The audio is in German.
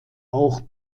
auch